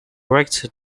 worked